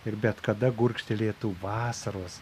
ir bet kada gurkštelėtų vasaros